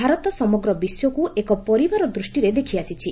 ଭାରତ ସମଗ୍ର ବିଶ୍ୱକୁ ଏକ ପରିବାର ଦୃଷ୍ଟିରେ ଦେଖିଆସିଛି